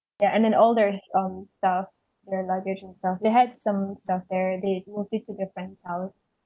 ya and then all their um stuff their luggage and stuff they had some some stuff over there they moved it to their friend's house